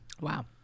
Wow